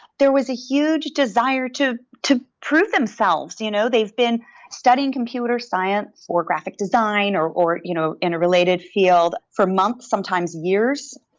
there was a huge desire to to prove themselves. you know they've been studying computer science or graphic design or or you know in a related field for months, sometimes years,